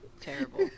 Terrible